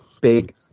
Big